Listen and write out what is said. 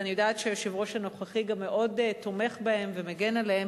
ואני יודעת שגם היושב-ראש הנוכחי מאוד תומך בהם ומגן עליהם,